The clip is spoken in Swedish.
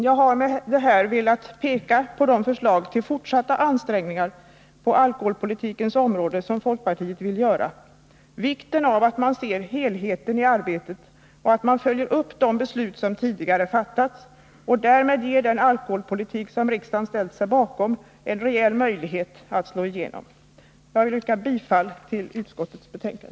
Jag har med det anförda velat peka på de förslag till fortsatta ansträngningar på alkoholpolitikens område som folkpartiet vill göra. Jag har velat betona vikten av att man ser helheten i arbetet och att man följer upp de beslut som tidigare fattats för att därmed ge den alkoholpolitik som riksdagen ställt sig bakom en reell möjlighet att slå igenom. Jag yrkar bifall till utskottets hemställan.